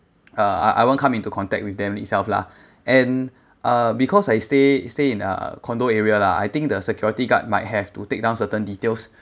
uh I won't come into contact with them itself lah and uh because I stay stay in a condo area lah I think the security guard might have to take down certain details